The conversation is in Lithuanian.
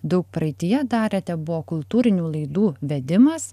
daug praeityje darėte buvo kultūrinių laidų vedimas